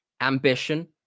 ambition